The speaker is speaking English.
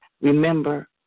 Remember